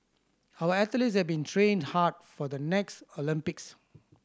our athletes have been train hard for the next Olympics